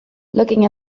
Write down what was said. looking